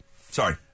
Sorry